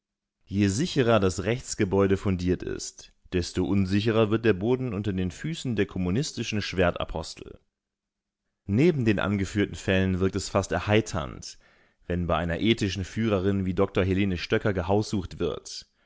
je sicherer das rechtsgebäude fundiert ist desto unsicherer wird der boden unter den füßen der kommunistischen schwertapostel neben den angeführten fällen wirkt es fast erheiternd wenn bei einer ethischen führerin wie dr helene stöcker gehaussucht wird